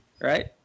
Right